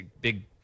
big